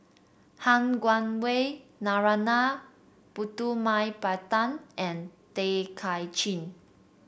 Han Guangwei Narana Putumaippittan and Tay Kay Chin